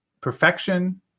perfection